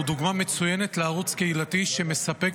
הוא דוגמה מצוינת לערוץ קהילתי שמספק